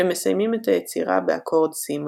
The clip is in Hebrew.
שמסיימים את היצירה באקורד סי מז'ור.